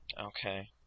Okay